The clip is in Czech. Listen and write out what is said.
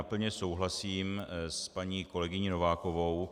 Plně souhlasím s paní kolegyní Novákovou.